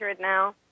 now